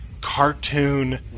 cartoon